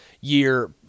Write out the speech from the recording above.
year